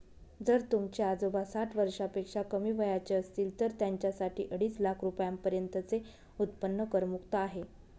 जर तुमचे आजोबा साठ वर्षापेक्षा कमी वयाचे असतील तर त्यांच्यासाठी अडीच लाख रुपयांपर्यंतचे उत्पन्न करमुक्त आहे